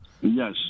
Yes